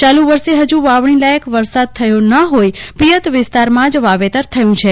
ચાલુ વર્ષે હજુ વાવણીલાયક વરસાદ થયો ન હોઈ પિયત વિસ્તારમાં જ વાવેતર થયું છે